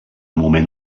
moment